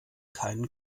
keinen